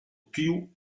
più